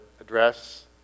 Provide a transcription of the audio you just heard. address